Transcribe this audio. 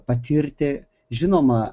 patirti žinoma